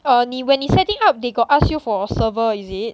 err 你 when 你 setting up they got ask you for server is it